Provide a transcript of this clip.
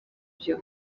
byo